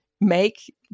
make